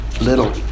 little